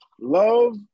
Love